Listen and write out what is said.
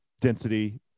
density